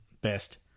best